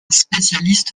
spécialiste